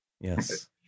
Yes